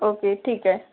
okay ठीक आहे